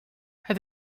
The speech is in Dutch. het